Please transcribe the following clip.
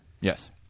Yes